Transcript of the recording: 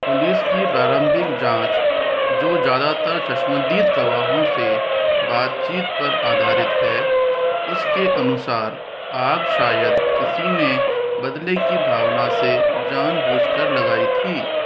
police की प्रारंभिक जाँच जो ज़्यादातर चश्मदीद गवाहों से बातचीत पर आधारित है उसके अनुसार आग शायद किसी ने बदले की भावना से जानबूझ कर लगाई थी